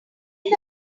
end